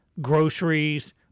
groceries